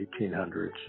1800s